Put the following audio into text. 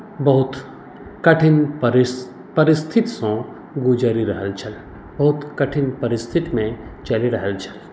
बहुत कठिन परिस्थितिसँ गुजरि रहल छल बहुत कठिन परिस्थितिमे चलि रहल छल